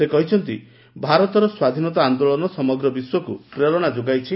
ସେ କହିଛନ୍ତି ଭାରତର ସ୍ୱାଧୀନତା ଆନ୍ଦୋଳନ ବିଶ୍ୱକୁ ପ୍ରେରଣା ଯୋଗାଇଛି